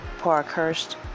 Parkhurst